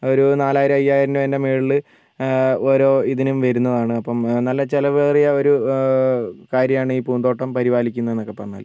ഒരു നാലായിരം അയ്യായിരം രൂപേൻ്റെ മുകളിൽ ഓരോ ഇതിനും വരുന്നതാണ് അപ്പം നല്ല ചിലവേറിയ ഒരു കാര്യമാണ് ഈ പൂന്തോട്ടം പരിപാലിക്കുന്നതെന്ന് ഒക്കെ പറഞ്ഞാൽ